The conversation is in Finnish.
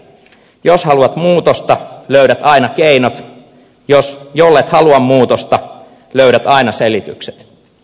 jos haluat muutosta löydät aina keinot jollet halua muutosta löydät aina selitykset